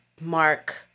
mark